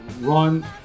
run